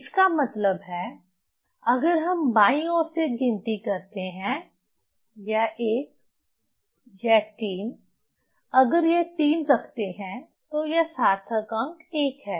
इसका मतलब है अगर हम बाईं ओर से गिनती करते हैं यह 1 यह 3 अगर यह 3 रखते हैं तो यह सार्थक अंक 1 है